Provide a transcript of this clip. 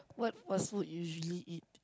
what fast-food you usually eat